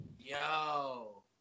Yo